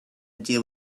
deal